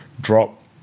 drop